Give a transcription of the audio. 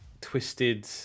twisted